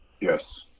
Yes